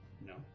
No